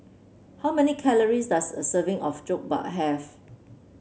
how many calories does a serving of Jokbal have